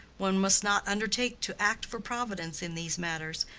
one must not undertake to act for providence in these matters,